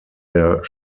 der